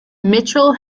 mitchell